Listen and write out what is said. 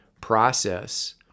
process